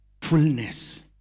fullness